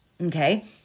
Okay